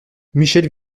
michel